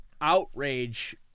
outrage